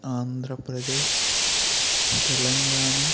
Andhra Pradesh Telangana